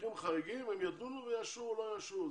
מקרים חריגים הם ידונו ויאשרו או לא יאשרו.